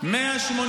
להפך,